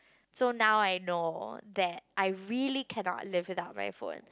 so now I know that I really cannot live without my phone